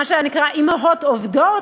מה שנקרא אימהות עובדות,